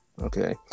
Okay